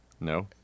No